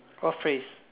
what phrase